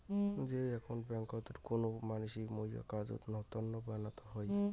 যেই একাউন্ট ব্যাংকোত কুনো মানসির মুইর কাজের তন্ন বানানো হই